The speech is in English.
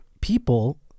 People